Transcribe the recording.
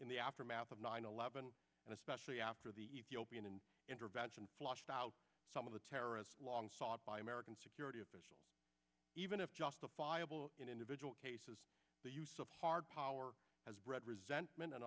in the aftermath of nine eleven and especially after the ethiopian intervention flushed out some of the terrorists long sought by american security officials even if justifiable in individual cases the use of hard power has bred resentment and